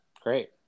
great